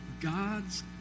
God's